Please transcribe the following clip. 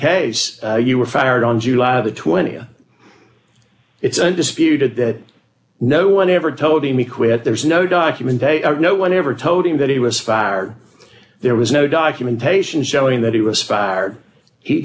case you were fired on july the twenty it's undisputed that no one ever told him he quit there's no documentation no one ever told him that he was fired there was no documentation showing that he was fired he